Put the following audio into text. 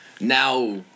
now